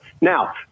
Now